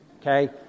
Okay